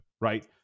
right